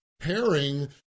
pairing